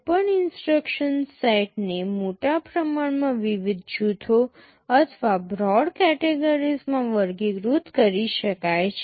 કોઈ પણ instruction set ને મોટા પ્રમાણમાં વિવિધ જૂથો અથવા બ્રોડ કેટેગરીમાં વર્ગીકૃત કરી શકાય છે